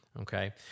Okay